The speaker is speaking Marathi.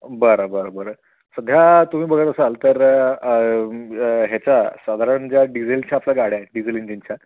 बरं बरं बरं सध्या तुम्ही बघत असाल तर ह्याच्या साधारण ज्या डिझेलच्या आपल्या गाड्या आहे डिझेल इंजिनच्या